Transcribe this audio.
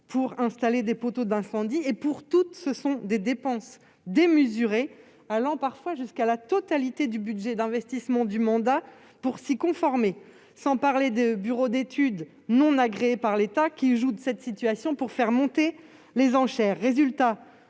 pour installer des poteaux incendie. Pour toutes, ce sont des dépenses démesurées, absorbant parfois jusqu'à la totalité du budget d'investissement du mandat, pour s'y conformer. Sans parler des bureaux d'études non agréés par l'État qui jouent de cette situation pour faire monter les enchères.